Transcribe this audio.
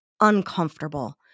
uncomfortable